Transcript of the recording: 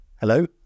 Hello